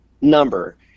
number